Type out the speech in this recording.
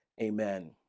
amen